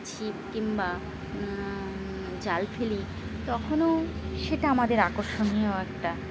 ছিপ কিংবা জাল ফেলি তখনও সেটা আমাদের আকর্ষণীয় একটা